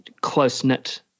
close-knit